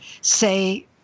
say—